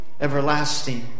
everlasting